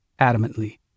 adamantly